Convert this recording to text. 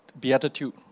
Beatitude